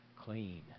clean